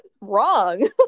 wrong